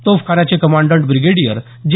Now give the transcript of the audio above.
तोफखान्याचे commandant brigadier जे